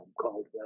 called